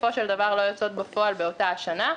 שבסופו של דבר לא יוצאות בפועל באותה השנה,